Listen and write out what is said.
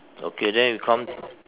okay then we come